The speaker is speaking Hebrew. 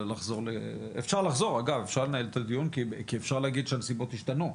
אפשר לנהל את הדיון כי אפשר להגיד שהנסיבות השתנו.